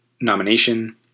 nomination